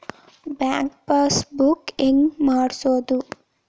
Bank passbook ಹೆಂಗ್ ಮಾಡ್ಸೋದು?